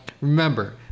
remember